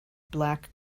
black